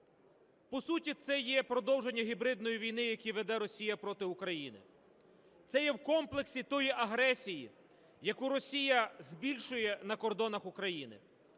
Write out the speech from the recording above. По суті, це є продовження гібридної війни, яку веде Росія проти України. Це є в комплексі тої агресії, яку Росія збільшує на кордонах України.